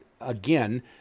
again